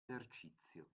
esercizio